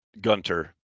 Gunter